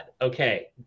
okay